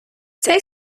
цей